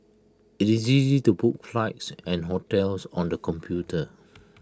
IT is easy to book flights and hotels on the computer